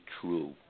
true